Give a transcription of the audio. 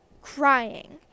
crying